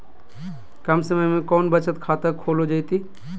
कम समय में कौन बचत खाता खोले जयते?